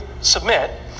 submit